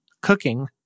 cooking